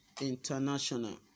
International